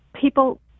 people